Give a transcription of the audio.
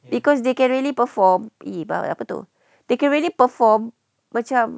because they can really perform !ee! apa tu they can really perform macam